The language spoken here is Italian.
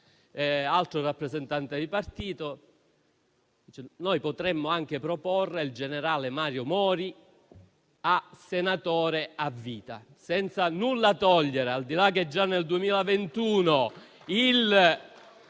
altro rappresentante di partito, dicendo che potremmo anche proporre il generale Mario Mori come senatore a vita. Senza nulla togliere, al di là del fatto che già nel 2021 il